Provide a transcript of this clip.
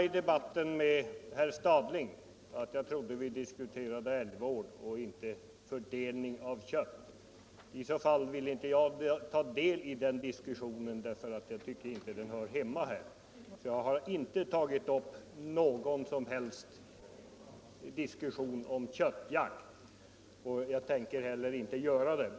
I debatten med herr Stadling sade jag att jag trodde vi diskuterade älgvård och inte fördelning av kött. I så fall vill inte jag ta del i den diskussionen, för jag tycker inte den hör hemma här. Jag har inte tagit upp någon som helst diskussion om köttjakt och jag tänker inte heller göra det.